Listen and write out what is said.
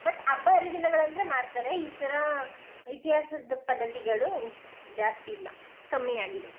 but ಹಬ್ಬ ಹರಿದಿನಗಳಂದ್ರೆ ಮಾಡ್ತಾರೆ ಈ ಥರ ಇತಿಹಾಸದ ಪದ್ಧತಿಗಳು ಜಾಸ್ತಿ ಇಲ್ಲ ಕಮ್ಮಿ ಆಗಿದೆ